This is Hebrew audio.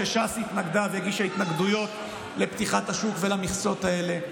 למרות שש"ס התנגדה והגישה התנגדויות לפתיחת השוק ולמכסות האלה,